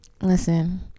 Listen